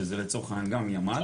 שזה לצורך העניין גם ימ"ל,